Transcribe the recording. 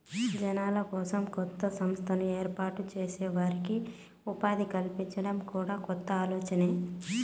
జనాల కోసం కొత్త సంస్థను ఏర్పాటు చేసి వారికి ఉపాధి కల్పించడం కూడా కొత్త ఆలోచనే